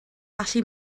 gallu